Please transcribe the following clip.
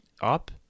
up